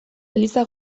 eliza